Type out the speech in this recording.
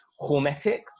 hormetic